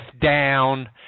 down